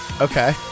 Okay